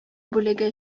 бүлеге